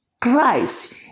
Christ